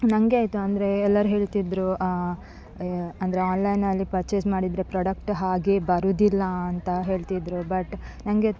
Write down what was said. ನನಗೆ ಆಯಿತು ಅಂದರೆ ಎಲ್ಲರೂ ಹೇಳ್ತಿದ್ದರು ಅಂದರೆ ಆನ್ಲೈನಲ್ಲಿ ಪರ್ಚೇಸ್ ಮಾಡಿದರೆ ಪ್ರಾಡಕ್ಟ್ ಹಾಗೇ ಬರುವುದಿಲ್ಲ ಅಂತ ಹೇಳ್ತಿದ್ದರು ಬಟ್ ನನಗೆ